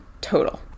total